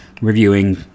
reviewing